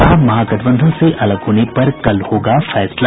कहा महागठबंधन से अलग होने पर कल होगा फैसला